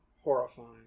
horrifying